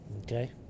Okay